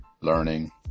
learning